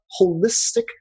holistic